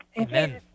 Amen